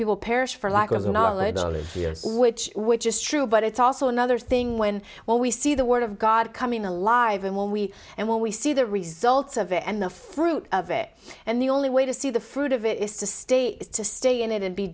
people perish for lack of knowledge only yes which which is true but it's also another thing when when we see the word of god coming alive and when we and when we see the results of it and the fruit of it and the only way to see the fruit of it is to stay is to stay in it and be